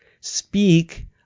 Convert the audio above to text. speak